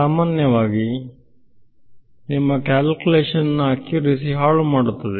ಸಾಮಾನ್ಯವಾಗಿ ನಿಮ್ಮ ಕ್ಯಾಲ್ಕುಲೇಷನ್ ನ ಅಕ್ಯುರೆಸಿ ಹಾಳು ಮಾಡುತ್ತದೆ